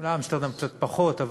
אולי אמסטרדם קצת פחות,